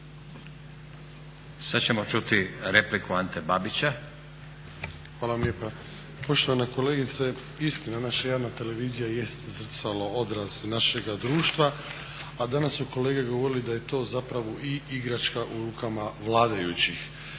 Sad ćemo čuti repliku Ante Babića. **Babić, Ante (HDZ)** Hvala vam lijepa. Poštovana kolegice, istina naša javna televizija jest zrcalo, odraz našega društva a danas su kolege govorili da je to zapravo i igračka u rukama vladajućih.